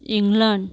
England